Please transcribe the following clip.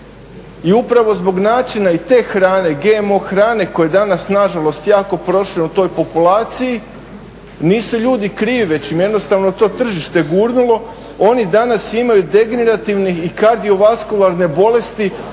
i upravo zbog načina i te hrane, GMO hrane koja je nažalost jako proširena u toj populaciji, nisu ljudi krivi, već im jednostavno to tržište gurnulo, oni danas imaju … i kardiovaskularne bolesti u